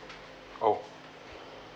oh